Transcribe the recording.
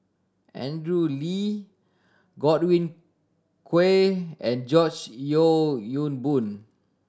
Andrew Lee Godwin and George Yeo Yong Boon